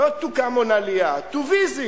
לא to come on עלייה, to visit,